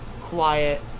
quiet